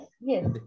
yes